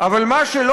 אני מסיים, גברתי.